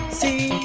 see